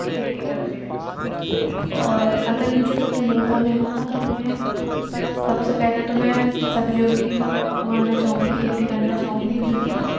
کھیتی کرتے ہیں اور اگر مجھے کبھی موقع ملا نا تو میں سب سے پہلے تو میں سبزیوں کی اگانا چاہوں گی کھیتی کرنا چاہوں گی کیونکہ نا